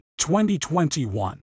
2021